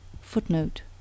Footnote